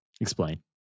Explain